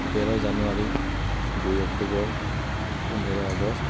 তেৰ জানুৱাৰী দুই অক্টোবৰ পোন্ধৰ আগষ্ট